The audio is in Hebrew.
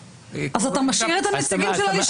אז אתה משאיר את הנציגים של הלשכה.